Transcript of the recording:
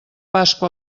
pasqua